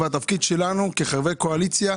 והתפקיד שלנו כחברי קואליציה,